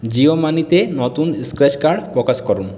জিও মানিতে নতুন scratch card প্রকাশ করুন